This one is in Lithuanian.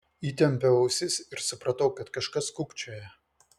įtempiau ausis ir supratau kad kažkas kūkčioja